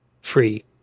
Free